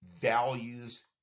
values